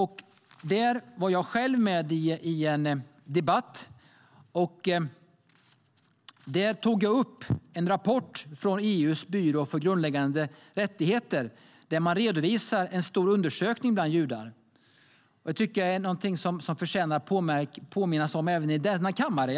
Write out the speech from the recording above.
Jag var själv med i en debatt där jag tog upp en rapport från EU:s byrå för grundläggande rättigheter som redovisar en stor undersökning bland judar. Det är något som jag tycker förtjänar att påminnas om även i denna kammare.